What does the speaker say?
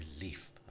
relief